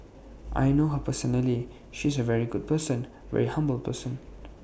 I know her personally she's A very good person very humble person